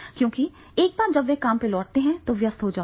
क्योंकि एक बार जब वे काम पर लौटते हैं तो वे व्यस्त हो जाते हैं